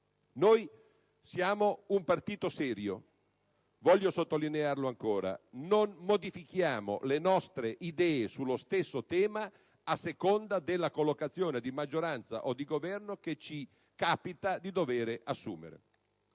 anni. Siamo un partito serio, voglio sottolinearlo ancora, e non modifichiamo le nostre idee sullo stesso tema a seconda della collocazione di minoranza o di Governo che ci capita di dover assumere.